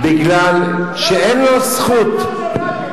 בגלל שאין לו זכות, זה החוק של רותם.